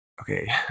Okay